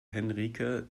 henrike